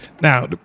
Now